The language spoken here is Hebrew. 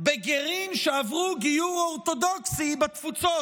בגרים שעברו גיור אורתודוקסי בתפוצות.